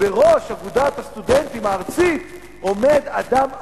בראש אגודת הסטודנטים הארצית עומד אדם אמיץ,